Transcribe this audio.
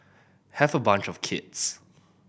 have a bunch of kids